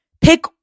pick